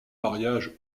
mariages